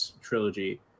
trilogy